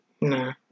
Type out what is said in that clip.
Nah